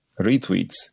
retweets